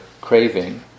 craving